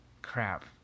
crap